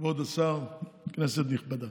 כבוד השר, כנסת נכבדה,